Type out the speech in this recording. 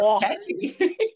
catchy